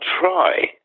try